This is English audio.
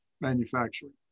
manufacturing